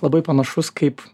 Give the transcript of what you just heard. labai panašus kaip